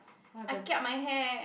I kiap my hair